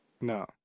no